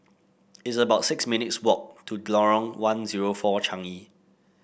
it's about six minutes' walk to Lorong one zero four Changi